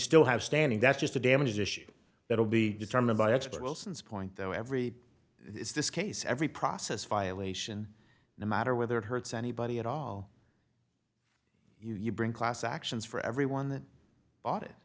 still have standing that's just a damaged tissue that will be determined by expert wilson's point though every this case every process violation no matter whether it hurts anybody at all you bring class actions for everyone that bought it